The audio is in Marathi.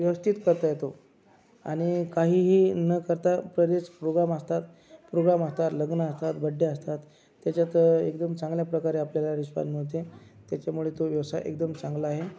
व्यवस्थित करता येतो आणि काहीही न करता बरेच प्रोग्राम असतात प्रोग्राम असतात लग्न असतात बड्डे असतात त्याच्यात एकदम चांगल्या प्रकारे आपल्याला रिस्पॉन मिळते त्याच्यामुळे तो व्यवसाय एकदम चांगला आहे